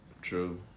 True